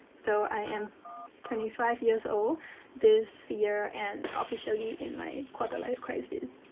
so i am twenty five years old this year, and. officially in my quarter life crisis.